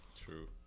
True